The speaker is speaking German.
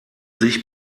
sich